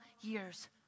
years